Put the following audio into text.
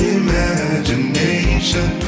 imagination